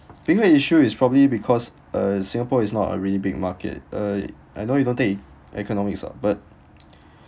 bigger issue is probably because uh singapore is not a really big market uh I know you don't take economics ah but